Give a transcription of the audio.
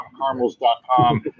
caramels.com